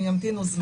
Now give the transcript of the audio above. הם ימתינו זמן.